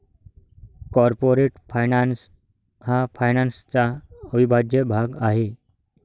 corporate finance हा फायनान्सचा अविभाज्य भाग आहे